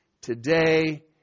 today